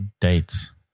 dates